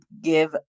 give